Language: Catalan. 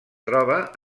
troba